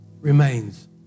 remains